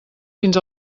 fins